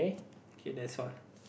okay that's all